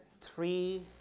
three